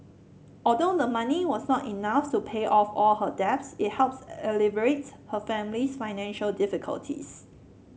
although the money was not enough to pay off all her debts it helped alleviate her family's financial difficulties